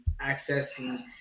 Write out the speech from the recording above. accessing